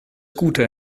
gute